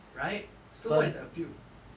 right so what is the appeal